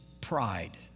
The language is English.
pride